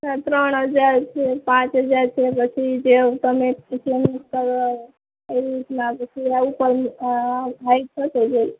ત્રણ હજાર છે પાંચ હજાર છે પછી જેવું તમે પસંદ કરો એવી રીતનાં પછી એના ઉપર હાઈ થશે જે